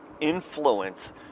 influence